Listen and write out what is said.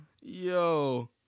Yo